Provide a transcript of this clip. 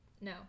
No